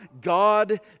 God